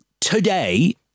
today